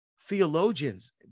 theologians